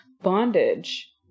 bondage